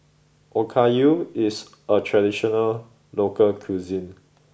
Okayu is a traditional local cuisine